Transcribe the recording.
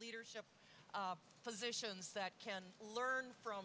leaders positions that can learn from